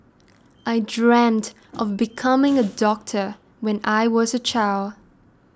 I dreamt of becoming a doctor when I was a child